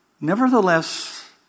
Nevertheless